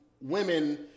women